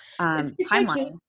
timeline